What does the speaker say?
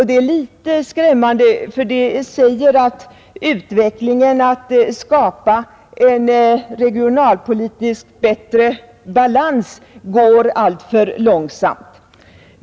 Det är litet skrämmande för det säger att utvecklingen att skapa en regionalpolitiskt bättre balans går alltför långsamt.